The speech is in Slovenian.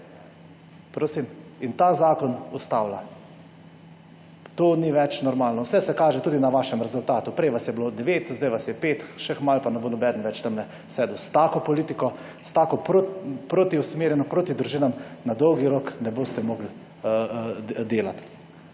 in ta zakon ustavila. To ni več normalno. Vse se kaže tudi na vašem rezultatu. Prej vas je bilo 9, zdaj vas je 5, še malo pa ne bo nobeden več tamle sedel. S tako politiko, s tako usmerjeno proti družinam na dolgi rok ne boste mogli delati.